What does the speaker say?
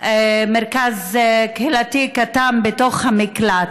מרכז קהילתי קטן בתוך המקלט.